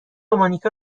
مانیکا